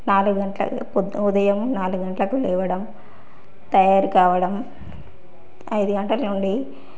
నాలుగు గంటల ఉద్ ఉదయం నాలుగు గంటలకు లేవడం తయారు కావడం ఐదు గంటల నుండి